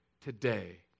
today